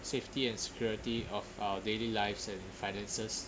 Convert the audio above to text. safety and security of our daily lives and finances